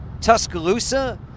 Tuscaloosa